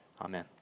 Amen